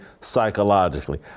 psychologically